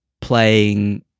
playing